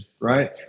right